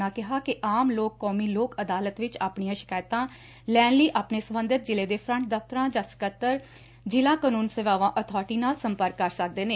ਉਨ੍ਹਾਂ ਕਿਹਾ ਕਿ ਆਮ ਲੋਕ ਕੌਮੀ ਲੋਕ ਅਦਾਲਤ ਵਿਚ ਆਪਣੀਆਂ ਸ਼ਿਕਾਇਤਾਂ ਲੈਣ ਲਈ ਆਪਣੇ ਸਬੰਧਤ ਜਿਲੇ ਦੇ ਫਰੰਟ ਦਫਤਰਾਂ ਜਾਂ ਸਕੱਤਰ ਜਿਲਾ ਕਾਨੰਨ ਸੇਵਾਵਾਂ ਅਬਾਰਟੀ ਨਾਲ ਸੰਪਰਕ ਕਰ ਸਕਦੇ ਨੇ